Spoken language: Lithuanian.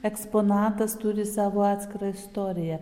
eksponatas turi savo atskirą istoriją